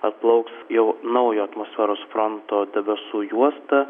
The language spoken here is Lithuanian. atplauks jau naujo atmosferos fronto debesų juosta